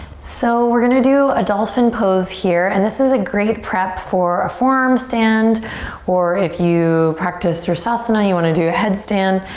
so we're gonna do a dolphin pose here and this is a great prep for a forearm stand or if you practice sirsasana you want to do a headstand,